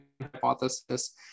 hypothesis